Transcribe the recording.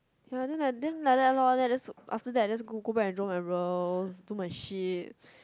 ya then like that loh then I just after that I just go go back and draw my brows do my shit